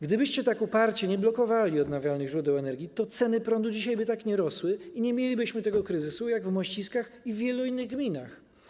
Gdybyście tak uparcie nie blokowali odnawialnych źródeł energii, to ceny prądu dzisiaj tak by nie rosły i nie mielibyśmy kryzysu takiego jak w Mościskach i wielu innych gminach.